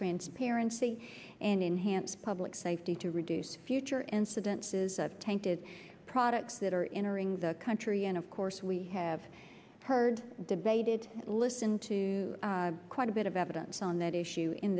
transparency and enhanced public safety to reduce future incidences of tainted products that are in a ring the country and of course we have heard debated listen to quite a bit of evidence on that issue in